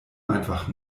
einfach